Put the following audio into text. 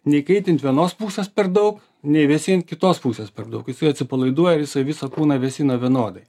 nei kaitint vienos pusės per daug nei vėsint kitos pusės per daug atsipalaiduoja visą visą kūną vėsina vienodai